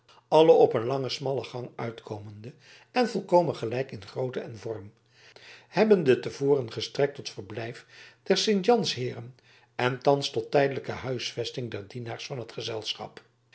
alle op een lange smalle gang uitkomende en volkomen gelijk in grootte en vorm hebbende te voren gestrekt tot verblijf der sint jans heeren en thans tot tijdelijke huisvesting der dienaars van het gezantschap